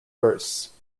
verse